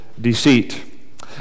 deceit